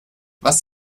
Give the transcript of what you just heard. was